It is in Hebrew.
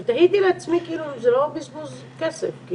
אבל תהיתי לעצמי אם זה לא בזבוז כסף.